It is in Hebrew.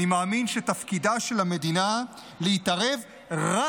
אני מאמין שתפקידה של המדינה להתערב רק